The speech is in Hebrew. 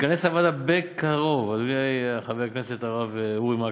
תתכנס הוועדה בקרוב, חבר הכנסת הרב אורי מקלב,